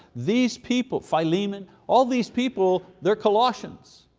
these people, philemon, all these people, they're colossians.